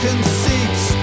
Conceits